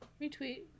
Retweet